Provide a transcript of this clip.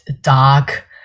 dark